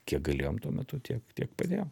kiek galėjom tuo metu tiek tiek padėjom